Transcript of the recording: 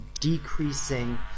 decreasing